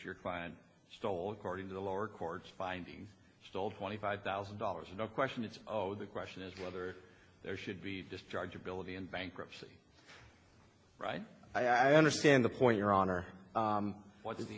your client stole according to the lower court's findings sold twenty five thousand dollars in a question it's oh the question is whether there should be discharge ability in bankruptcy right i understand the point your honor what is the